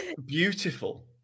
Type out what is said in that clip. beautiful